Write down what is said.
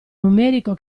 numerico